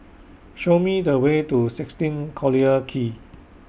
Show Me The Way to sixteen Collyer Quay